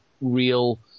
real –